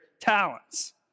talents